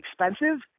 expensive